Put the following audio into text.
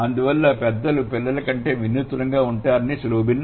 అందువల్ల పెద్దలు పిల్లల కంటే వినూత్నంగా ఉంటారని స్లోబిన్